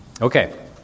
Okay